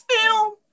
film